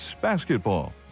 basketball